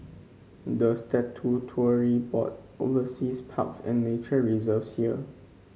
the statutory board oversees parks and nature reserves here